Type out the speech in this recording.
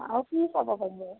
আৰু কি চাব পাৰি বাৰু